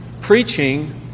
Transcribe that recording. Preaching